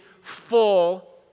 full